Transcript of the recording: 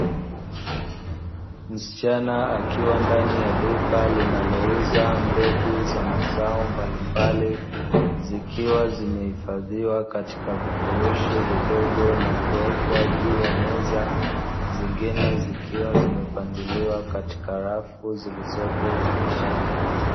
Msichana akiwa ndani ya duka linalouza mbegu za mazao mbalimbali, zikiwa zimehifadhiwa katika vifurushi vidogo na kuwekwa juu ya meza, zingine zikiwa zimepangiiwa katika rafu zilizopo ukutani.